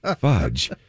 Fudge